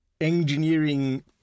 engineering